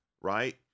right